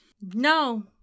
No